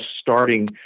starting